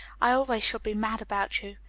i always shall be mad about you. oh,